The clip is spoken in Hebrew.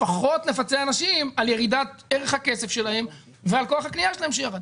לפחות נפצה אנשים על ירידת ערך הכסף שלהם וכל כוח הקנייה שלהם שירד.